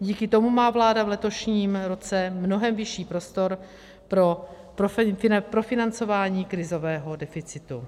Díky tomu má vláda v letošním roce mnohem vyšší prostor pro profinancování krizového deficitu.